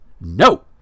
no